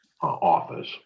office